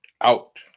out